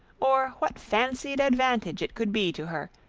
or what fancied advantage it could be to her,